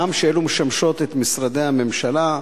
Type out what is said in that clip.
הגם שאלו משמשות את משרדי הממשלה.